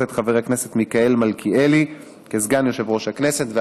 את חבר הכנסת מיכאל מלכיאלי לסגן יושב-ראש הכנסת,